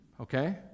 okay